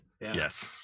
Yes